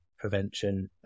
prevention